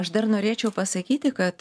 aš dar norėčiau pasakyti kad